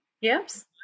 Yes